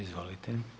Izvolite.